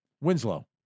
Winslow